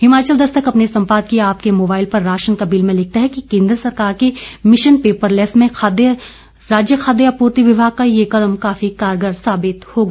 हिमाचल दस्तक अपने संपादकीय आपके मोबाइल पर राशन का बिल में लिखता है कि केंद्र सरकार के मिशन पेपरलैस में राज्य खाद्य आपूर्ति विभाग का यह कदम काफी कारगर साबित होगा